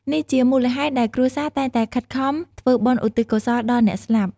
នេះជាមូលហេតុដែលគ្រួសារតែងតែខិតខំធ្វើបុណ្យឧទ្ទិសកុសលដល់អ្នកស្លាប់។